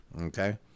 Okay